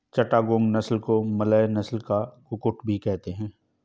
चिटागोंग नस्ल को मलय नस्ल का कुक्कुट भी कहते हैं